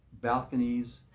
balconies